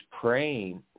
praying